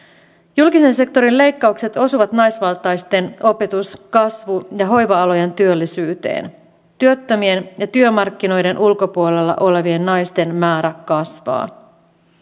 julkisen sektorin leikkaukset osuvat naisvaltaisten opetus kasvu ja hoiva alojen työllisyyteen työttömien ja työmarkkinoiden ulkopuolella olevien naisten määrä kasvaa